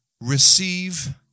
receive